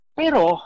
pero